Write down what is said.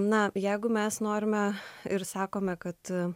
na jeigu mes norime ir sakome kad